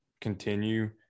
continue